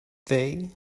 they